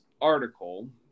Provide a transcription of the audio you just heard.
article